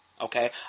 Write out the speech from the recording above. okay